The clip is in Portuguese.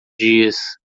dias